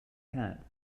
cat